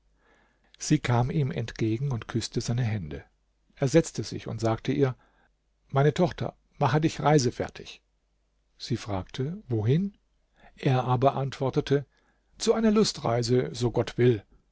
sie kam ihm entgegen und küßte seine hände er setzte sich und sagte ihr meine tochter mache dich reisefertig sie fragte wohin er aber antwortete zu einer lustreise so gott will